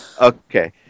Okay